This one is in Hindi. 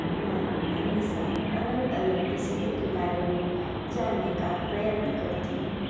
मैं हमेशा अलग अलग विषयों के बारे में जानने का प्रयत्न करती हूँ